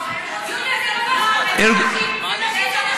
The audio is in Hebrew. יהודה, זה ממש חוצפה, אלה נשים שנרצחו.